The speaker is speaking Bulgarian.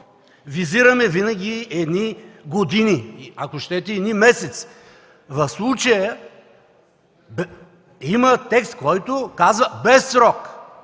визираме винаги едни години, ако щете, едни месеци. В случая има текст, който казва: без срок.